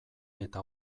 eta